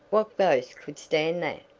what ghost could stand that?